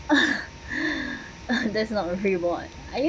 that's not a reward are you